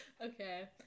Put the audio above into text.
okay